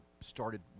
started